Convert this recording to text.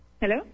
Hello